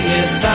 Yes